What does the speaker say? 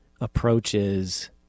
approaches